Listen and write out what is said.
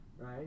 right